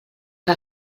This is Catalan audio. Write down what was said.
que